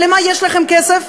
אבל למה יש לכם כסף?